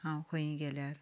हांव खंयूय गेल्यार